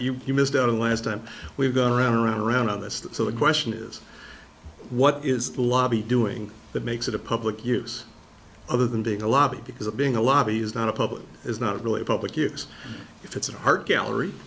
you you missed out on last time we've got around around on this so the question is what is the lobby doing that makes it a public use other than being a lobby because of being a lobby is not a public is not really a public use if it's an art gallery